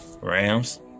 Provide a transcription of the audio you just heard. Rams